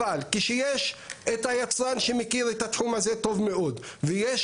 אבל כשיש את היצרן שמכיר את התחום הזה טוב מאוד ויש